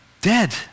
dead